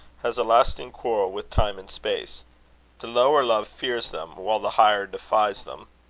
has a lasting quarrel with time and space the lower love fears them, while the higher defies them.